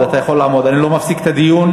כאילו המע"מ זה, אני מבקש מכולם,